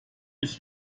ich